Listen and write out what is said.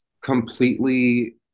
completely